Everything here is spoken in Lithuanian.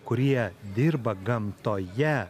kurie dirba gamtoje